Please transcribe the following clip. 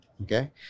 okay